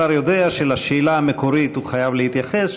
השר יודע שלשאלה המקורית הוא חייב להתייחס.